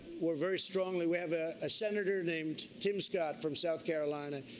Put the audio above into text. were very strongly we have a ah senator named tim scott from south carolina,